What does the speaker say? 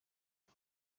ari